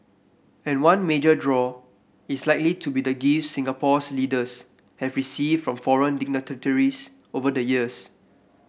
and one major draw is likely to be the gifts Singapore's leaders have received from foreign dignitaries over the years